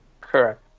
Correct